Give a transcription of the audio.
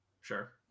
Sure